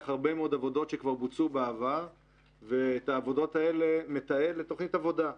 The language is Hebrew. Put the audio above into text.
הרבה מאוד עבודות שכבר בוצעו בעבר ואת העבודות האלה מתעל לתוכנית עבודה.